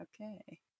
okay